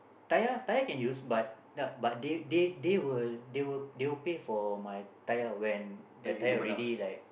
tire tire can use but the but they they they will they will they will pay for my tire when the tire already like